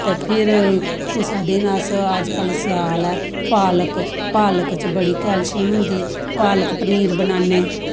ते फिर कुसा दिन अजकल स्याल ऐ पालक पालक च बड़ी कैलशियम होंदी पालक पनीर बनान्ने